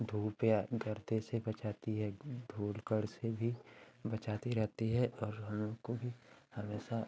धूप या गर्द से बचाती है धूल कण से भी बचाती रहती है और हमको भी हमेशा